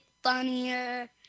funnier